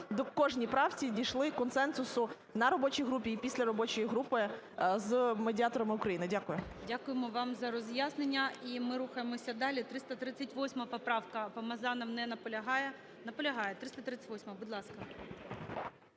по кожній правці дійшли консенсусу на робочій групі і після робочої групи з медіаторами України. Дякую. ГОЛОВУЮЧИЙ. Дякуємо вам за роз'яснення. І ми рухаємося далі. 338 поправка. Помазанов не наполягає. Наполягає. 338-а, будь ласка.